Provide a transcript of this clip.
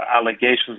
allegations